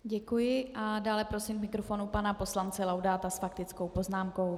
Děkuji a dále prosím k mikrofonu pana poslance Laudáta s faktickou poznámkou.